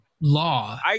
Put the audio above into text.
law